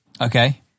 okay